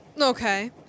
okay